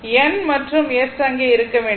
N மற்றும் S அங்கே இருக்க வேண்டும்